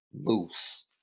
loose